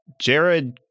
Jared